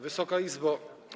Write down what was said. Wysoka Izbo!